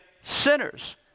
sinners